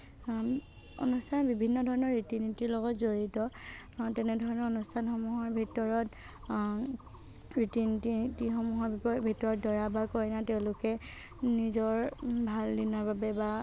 অনুষ্ঠানত বিভিন্ন ধৰণৰ ৰীতি নীতিৰ লগত জড়িত তেনেধৰণৰ অনুষ্ঠানসমূহৰ ভিতৰত ৰীতি নীতিসমূহৰ ভি ভিতৰত দৰা বা কইনা তেওঁলোকে নিজৰ ভাল দিনৰ বাবে বা